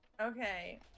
Okay